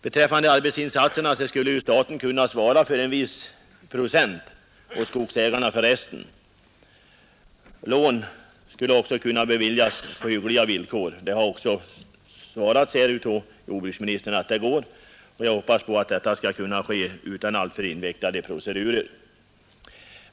Beträftande arbetsinsatserna skulle staten kunna svara för en viss procent och skogsägarna för resten. Lån skulle också kunna beviljas på hyggliga villkor. Jordbruksministern har svarat att lånemöjligheter finns. och jag hoppas att de skall kunna genomföras utan allttör invecklade procedurer.